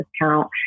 discount